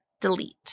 delete